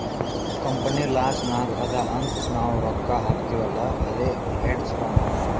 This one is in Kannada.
ಕಂಪನಿ ಲಾಸ್ ನಾಗ್ ಅದಾ ಅಂತ್ ನಾವ್ ರೊಕ್ಕಾ ಹಾಕ್ತಿವ್ ಅಲ್ಲಾ ಅದೇ ಹೇಡ್ಜ್ ಫಂಡ್